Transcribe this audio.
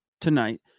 tonight